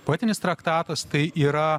poetinis traktatas tai yra